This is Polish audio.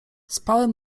spałem